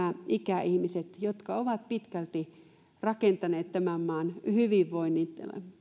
näistä ikäihmisistä jotka ovat pitkälti rakentaneet tämän maan hyvinvoinnin